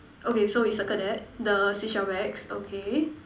okay so we circle that the seashell bags okay